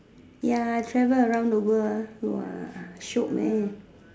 ya I travel around the world ah !wah! shiok man